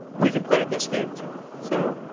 we can play at this game too. so